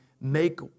make